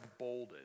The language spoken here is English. bolded